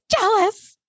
jealous